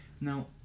Now